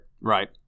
Right